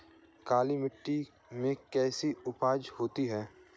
काली मिट्टी में कैसी उपज होती है?